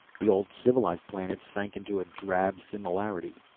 the old, civilized planets sank into a drab similarity.